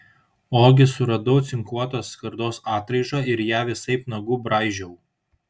ogi suradau cinkuotos skardos atraižą ir ją visaip nagu braižiau